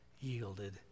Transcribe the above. yielded